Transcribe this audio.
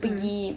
hmm hmm